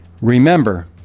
Remember